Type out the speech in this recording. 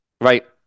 right